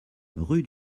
rue